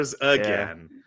again